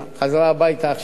וחזרה הביתה עכשיו